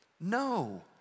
No